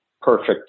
perfect